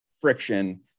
friction